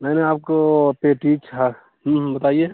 नहीं नहीं आपको पेटी छा बताइए